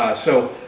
so,